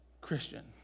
Christian